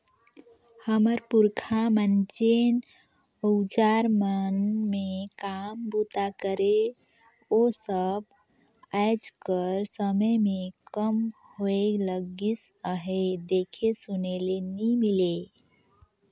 हमर पुरखा मन जेन अउजार मन मे काम बूता करे ओ सब आएज कर समे मे कम होए लगिस अहे, देखे सुने ले नी मिले